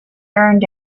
earned